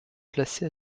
placé